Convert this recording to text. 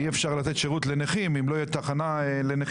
אי אפשר לתת שירות לנכים אם לא תהיה תחנה לנכים,